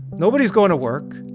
nobody is going to work.